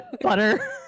Butter